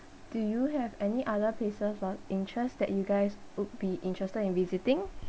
do you have any other places of interest that you guys would be interested in visiting